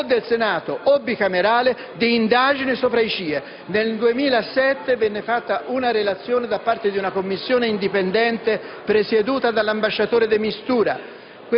o del Senato o bicamerale, sui CIE. Nel 2007 venne fatta una relazione da parte di una commissione indipendente presieduta dall'ambasciatore De Mistura,